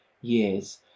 years